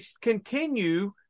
continue